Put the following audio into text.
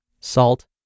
salt